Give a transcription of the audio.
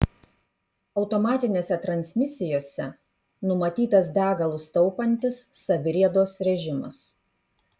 automatinėse transmisijose numatytas degalus taupantis saviriedos režimas